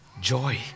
joy